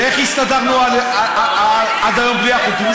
ואיך הסתדרנו עד היום בלי החוקים?